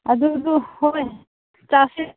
ꯑꯗꯨꯕꯨ ꯍꯣꯏ ꯆꯥꯁꯦ